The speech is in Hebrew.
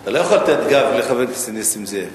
אתה לא יכול לתת גב לחבר הכנסת נסים זאב.